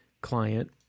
client